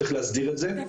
צריך להסדיר את זה,